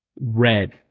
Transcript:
Red